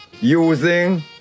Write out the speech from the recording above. using